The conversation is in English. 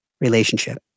relationship